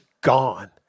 gone